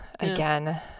again